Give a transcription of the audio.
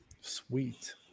Sweet